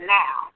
now